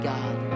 God